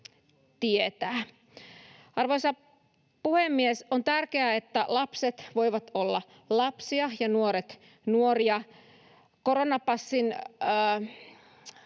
tietää. Arvoisa puhemies! On tärkeää, että lapset voivat olla lapsia ja nuoret nuoria. Koronapassi